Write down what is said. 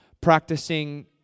practicing